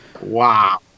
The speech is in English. Wow